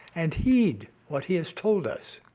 and heed what he has told us!